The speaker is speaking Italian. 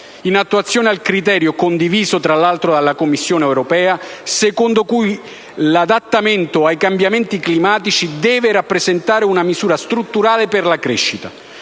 in attuazione del criterio - condiviso tra l'altro dalla Commissione europea - secondo cui l'adattamento ai cambiamenti climatici deve rappresentare una misura strutturale per la crescita.